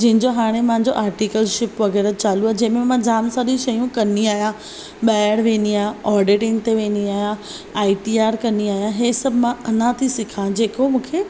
जंहिंजो हाणे मुहिंजो आर्टीकलशिप वगै़रह चालू आहे जंहिं में मां जाम सारी शयूं कंदी आहियां ॿाहिरि वेंदी आहियां ओडिटींग ते वेंदी आहियां आई टी आर कंदी आहियां हीउ सभु मां अञां थी सिखां जेको मूंखे